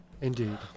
indeed